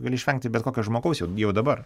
gali išvengti bet kokio žmogaus jau jau dabar